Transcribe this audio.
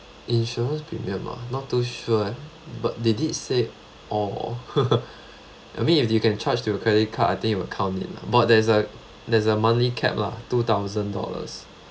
insurance premium ah not too sure but they did say I mean if you can charge to your credit card I think it will count it but there's a there's a monthly cap lah two thousand dollars